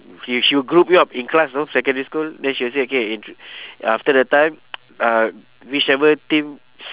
you she'll group you up in class you know secondary school then she will say okay in after the time uh whichever team